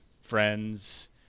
friends